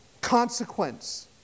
consequence